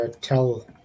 tell